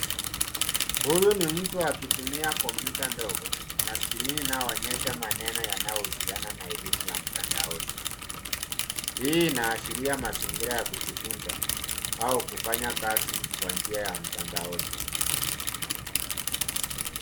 Huyu ni mtu akitumia kompyuta ndogo, na skrini inayoonyesha maneno yanayohusiana na elimu ya mtandaoni. Hii inaashiria mazingira ya kujifunza au kufanya kazi kwa njia ya mtandaoni.